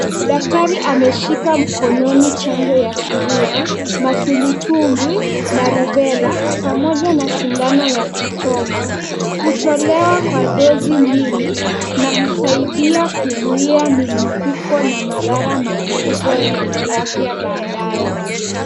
Daktari ameshika mkononi chanjo ya surua, matumbwitumbwi na rubela pamoja na sindano ya kuchoma. Hutolewa kwa dozi mbili na husaidia kuzuia milipuko na madhara makubwa ya kiafya baadae.